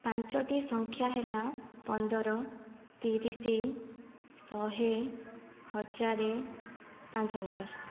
ପାଞ୍ଚଟି ସଂଖ୍ୟା ହେଲା ପନ୍ଦର ତିରିଶି ଶହେ ହଜାର ପାଞ୍ଚ ହଜାର